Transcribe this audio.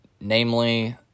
Namely